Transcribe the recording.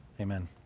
amen